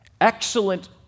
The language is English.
excellent